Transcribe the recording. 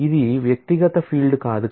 ఇది వ్యక్తిగత ఫీల్డ్ కాదు